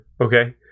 Okay